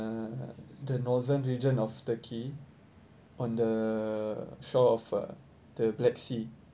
uh the northern region of turkey on the shore of uh the black sea